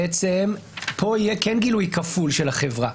בעצם, פה יהיה כן גילוי כפוי של החברה.